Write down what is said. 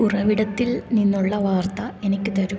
ഉറവിടത്തിൽ നിന്നുള്ള വാർത്ത എനിക്ക് തരുക